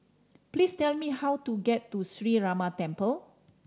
please tell me how to get to Sree Ramar Temple